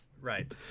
right